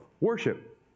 Worship